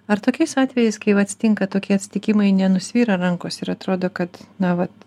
ar tokiais atvejais kai va atsitinka tokie atsitikimai nenusvyra rankos ir atrodo kad na vat